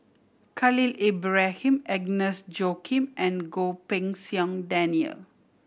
Khalil Ibrahim Agnes Joaquim and Goh Pei Siong Daniel